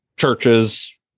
churches